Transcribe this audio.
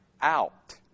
out